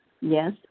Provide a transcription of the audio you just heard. Yes